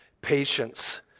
patience